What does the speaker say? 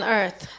earth